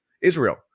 Israel